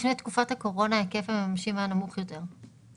לפני תקופת הקורונה היקף המממשים היה נמוך יותר.